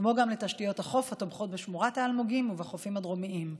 כמו גם לתשתיות החוף התומכות בשמורת האלמוגים ובחופים הדרומיים.